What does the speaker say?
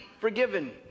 forgiven